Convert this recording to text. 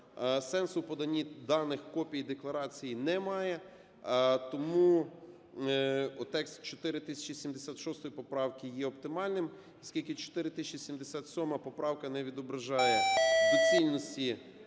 сенсу в поданні даних копій декларацій немає. Тому текст 4077 поправки є оптимальним. Оскільки 4077 поправка не відображає доцільності…